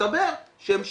מסתבר שהם שקרנים,